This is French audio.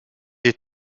est